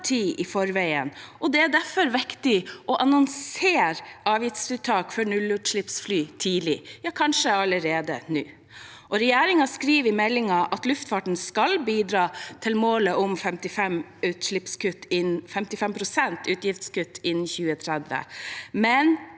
det er derfor viktig å annonsere avgiftsfritak for nullutslippsfly tidlig, kanskje allerede nå. Regjeringen skriver i meldingen at luftfarten skal bidra til målet om 55 pst. utslippskutt innen 2030,